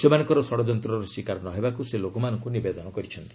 ସେମାନଙ୍କର ଷଡ଼ଯନ୍ତର ଶିକାର ନ ହେବାକୁ ସେ ଲୋକମାନଙ୍କୁ ନିବେଦନ କରିଛନ୍ତି